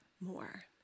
more